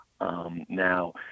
Now